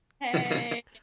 Hey